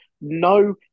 no